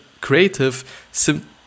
Creative